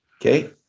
Okay